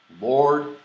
Lord